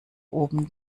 oben